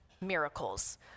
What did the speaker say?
miracles